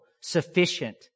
sufficient